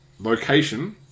location